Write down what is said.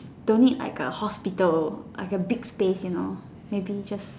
don't need like a hospital like a big space you know maybe just